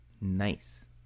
nice